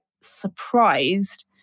surprised